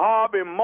Harvey